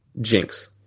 Jinx